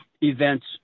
events